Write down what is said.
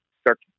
start